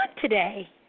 today